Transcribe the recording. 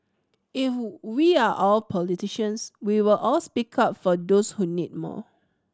if we are all politicians we will all speak up for those who need more